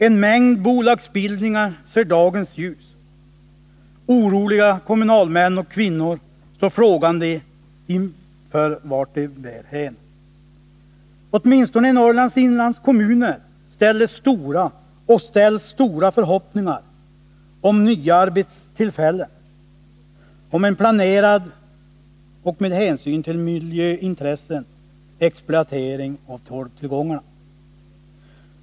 En mängd bolagsbildningar ser dagens ljus, oroliga kommunalmän och kvinnor står frågande och undrar vart det bär hän. Åtminstone i Norrlands inlandskommuner fanns och finns stora förhoppningar om nya arbetstillfällen, om en planerad exploatering av torvtillgångarna, som tar hänsyn till miljöintressen.